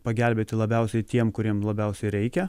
pagelbėti labiausiai tiem kuriems labiausiai reikia